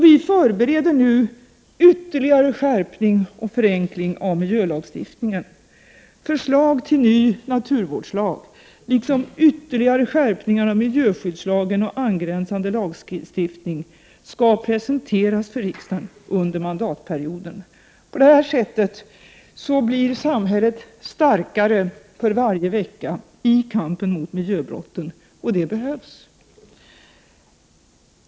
Vi förbereder nu ytterligare en skärpning och förenkling av miljölagstiftningen. Förslag till ny naturvårdslag, liksom ytterligare skärpning av miljöskyddslagen och angränsande lagstiftning, skall presenteras för riksdagen under mandatperioden. På det sättet blir samhället starkare för varje vecka i kampen mot miljöbrotten, och det behövs.